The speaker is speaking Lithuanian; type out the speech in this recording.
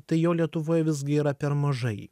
tai jo lietuvoje visgi yra per mažai